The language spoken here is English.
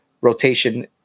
rotation